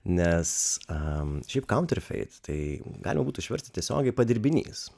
nes šiaip kaunterfeis tai galima būtų išversti tiesiogiai padirbinys